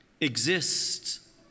exists